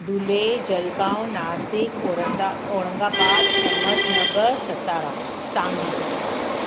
धुले जलगांव नासिक औरंदा औरंगाबाद अहमदनगर सतारा सांगली